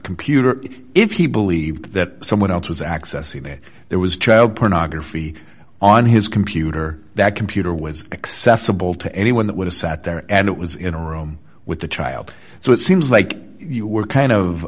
computer if he believed that someone else has access he made there was child pornography on his computer that computer was accessible to anyone that would a sat there and it was in a room with the child so it seems like you were kind